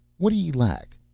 what d'ye lack?